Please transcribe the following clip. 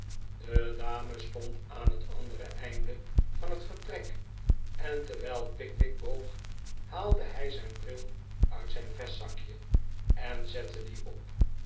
de dame stond aan het andere einde van het vertrek en terwijl pickwick boog haalde hij zijn bril uit zijn vestzakje en zette dien op